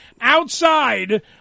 outside